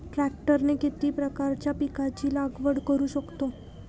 ट्रॅक्टरने किती प्रकारच्या पिकाची लागवड करु शकतो?